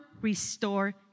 restore